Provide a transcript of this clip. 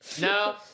No